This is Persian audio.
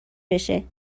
بشه